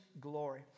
glory